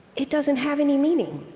it doesn't have any meaning.